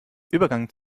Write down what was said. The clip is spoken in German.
übergang